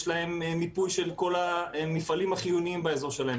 יש להם מיפוי של כל המפעלים החיוניים באזור שלהם,